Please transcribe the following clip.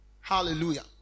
Hallelujah